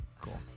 Cool